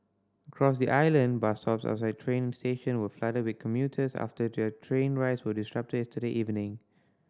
across the island bus stops outside train station were flooded with commuters after their train rides were disrupted yesterday evening